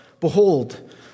Behold